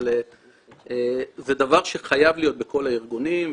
אבל זה דבר שחייב להיות בכל הארגונים.